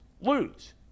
lose